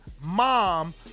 mom